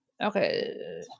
Okay